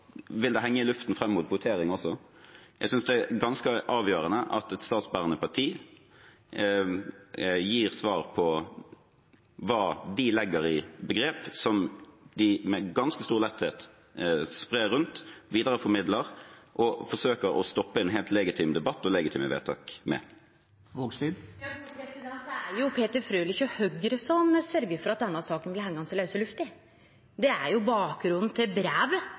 vil det henge i luften fram mot votering også. Jeg synes det er ganske avgjørende at et statsbærende parti gir svar på hva de legger i begrep som de med ganske stor letthet sprer rundt, videreformidler og forsøker å stoppe en helt legitim debatt og legetime vedtak med. Det er jo Peter Frølich og Høgre som sørgjer for at denne saka blir hengande i lause lufta. Det er jo bakgrunnen for brevet og bakgrunnen for spørsmålet eg stilte til